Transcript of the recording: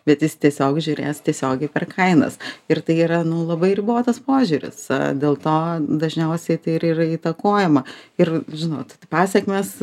bet jis tiesiog žiūrės tiesiogiai per kainas ir tai yra nu labai ribotas požiūris dėl to dažniausiai tai yr ir įtakojama ir žinot pasekmės